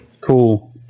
cool